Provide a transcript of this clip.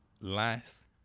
last